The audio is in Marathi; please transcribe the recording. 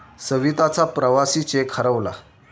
सविताचा प्रवासी चेक हरवला